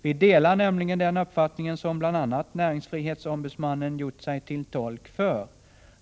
Vi delar nämligen den uppfattningen som bl.a. näringsfrihetsombudsmannen gjort sig till tolk för.